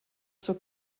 zur